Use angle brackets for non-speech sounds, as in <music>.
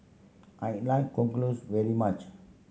I like <unintelligible> close very much